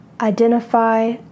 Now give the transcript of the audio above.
Identify